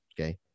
Okay